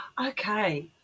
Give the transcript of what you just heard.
Okay